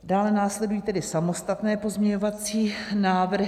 Dále následují samostatné pozměňovací návrhy.